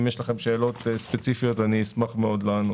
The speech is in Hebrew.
אם יש לכם שאלות ספציפיות, אני אשמח מאוד לענות.